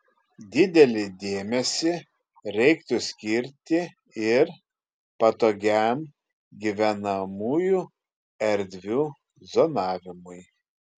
didelį dėmesį reiktų skirti ir patogiam gyvenamųjų erdvių zonavimui